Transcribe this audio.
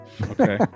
okay